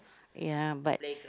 ya but